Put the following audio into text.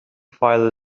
file